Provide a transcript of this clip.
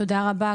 תודה רבה,